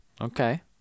Okay